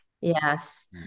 Yes